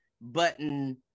button